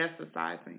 exercising